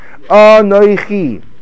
Anoichi